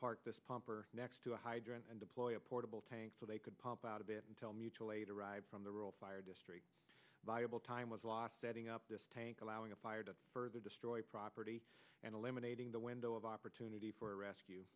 or next to a hydrant and deploy a portable tank so they could pump out of it until mutual aid arrives from the rural fire district valuable time was lost setting up this tank allowing a fire to further destroy property and eliminating the window of opportunity for rescue